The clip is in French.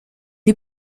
est